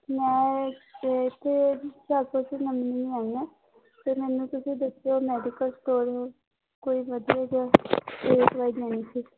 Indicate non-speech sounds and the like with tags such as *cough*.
ਮੈਂ *unintelligible* ਹੁਸ਼ਿਆਰਪੁਰ 'ਚ ਨਵੀਂ ਨਵੀਂ ਆਈ ਆ ਅਤੇ ਮੈਨੂੰ ਤੁਸੀਂ ਦੱਸਿਓ ਮੈਡੀਕਲ ਸਟੋਰ ਕੋਈ ਵਧੀਆ ਜਿਹਾ ਦਵਾਈ ਲੈਣੀ ਸੀ